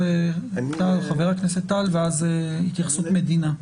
חבר הכנסת טל ואז התייחסות מדינה.